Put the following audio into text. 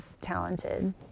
talented